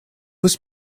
was